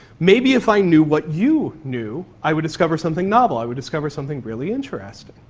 maybe if i knew what you knew i would discover something novel, i would discover something really interesting.